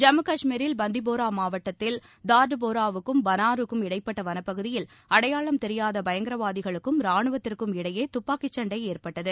ஜம்மு கஷ்மீரில் பந்திபோரா மாவட்டத்தில் தார்டுபோராவுக்கம் பானாருக்கும் இடைப்பட்ட வனப்பகுதியில் அடையாளம் தெரியாத பயங்க்ரவாதிகளுக்கும் ரானுவத்திற்கும் இடையே துப்பாக்கி சண்டை ஏற்பட்டது